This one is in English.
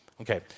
Okay